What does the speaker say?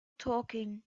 talking